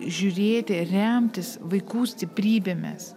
žiūrėti remtis vaikų stiprybėmis